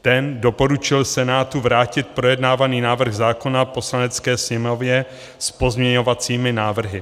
Ten doporučil Senátu vrátit projednávaný návrh zákona Poslanecké sněmovně s pozměňovacími návrhy.